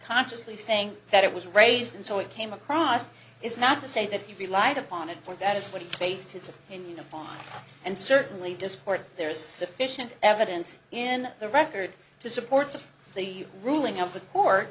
consciously saying that it was raised and so it came across is not to say that he relied upon it for that is what he based his opinion upon and certainly disport there is sufficient evidence in the record to support the ruling of the court